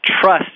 trust